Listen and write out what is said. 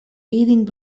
teething